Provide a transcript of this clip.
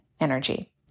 energy